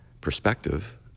perspective